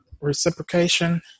reciprocation